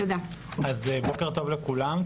בוקר טוב לכולם,